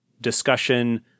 discussion